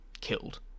killed